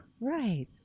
Right